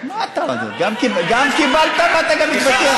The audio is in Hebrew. גם קיבלת וגם אתה מתווכח?